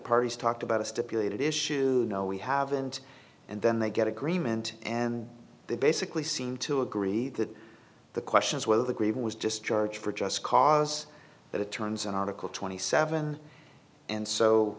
parties talked about a stipulated issue no we haven't and then they get agreement and they basically seem to agree that the question is whether the grave was just charged for just cause but it turns on article twenty seven and so